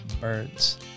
Birds